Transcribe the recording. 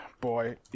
Boy